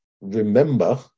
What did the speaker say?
remember